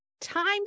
times